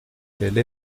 qu’elle